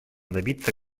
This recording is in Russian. добиться